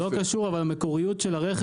אבל זה לא קשור, המקוריות של הרכב.